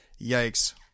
Yikes